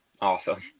Awesome